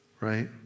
right